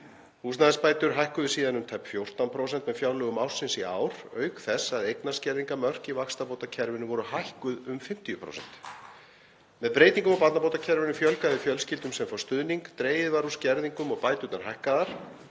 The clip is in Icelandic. Húsnæðisbætur hækkuðu síðan um tæp 14% með fjárlögum ársins í ár, auk þess að eignarskerðingarmörk í vaxtabótakerfinu voru hækkuð um 50%. Með breytingum á barnabótakerfinu fjölgaði fjölskyldum sem fá stuðning, dregið var úr skerðingum og bæturnar hækkaðar.